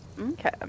Okay